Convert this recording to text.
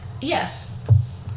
Yes